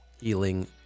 healing